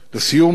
לסיום,